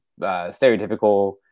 stereotypical